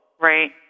Right